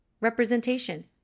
Representation